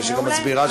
מעולה.